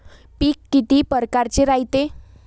पिकं किती परकारचे रायते?